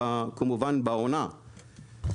כמובן בעונה,